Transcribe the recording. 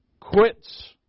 quits